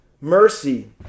mercy